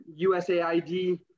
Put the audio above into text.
USAID